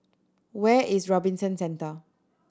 where is Robinson Centre